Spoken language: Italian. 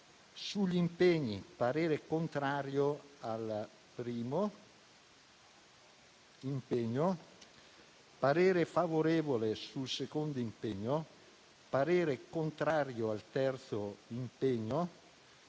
Sugli impegni, esprimo parere contrario al primo impegno, parere favorevole sul secondo impegno e parere contrario al terzo impegno.